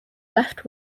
left